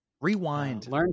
Rewind